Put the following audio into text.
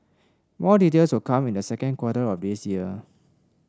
more details will come in the second quarter of this year